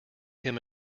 him